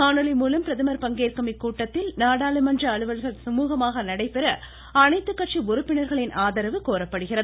காணொலி மூலம் பிரதமர் பங்கேற்கும் இக்கூட்டத்தில் நாடாளுமன்ற அலுவல்கள் சுமூகமாக நடைபெற அனைத்துக்கட்சி உறுப்பினர்களின் ஆதரவு கோரப்படுகிறது